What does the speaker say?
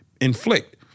inflict